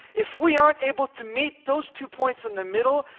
if we aren't able to meet those two points in the middle,